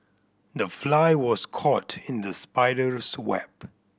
the fly was caught in the spider's web